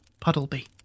Puddleby